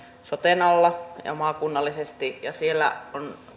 soten alla ja maakunnallisesti siellä